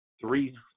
three